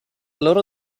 loro